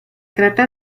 trata